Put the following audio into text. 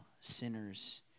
sinners